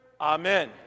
Amen